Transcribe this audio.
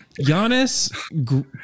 Giannis